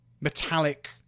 metallic